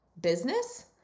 business